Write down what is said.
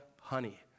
honey